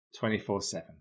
24-7